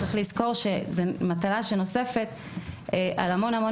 צריך לזכור שזו מטלה שנוספת על המון המון